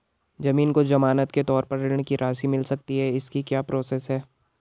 ज़मीन को ज़मानत के तौर पर ऋण की राशि मिल सकती है इसकी क्या प्रोसेस है?